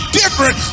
different